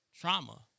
trauma